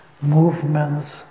movements